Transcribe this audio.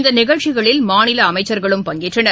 இந்தநிகழ்ச்சிகளில் மாநிலஅமைச்சர்களும் பங்கேற்றனர்